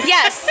Yes